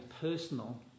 personal